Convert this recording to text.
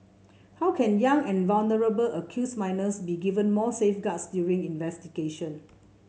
how can young and vulnerable accused minors be given more safeguards during investigation